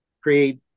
create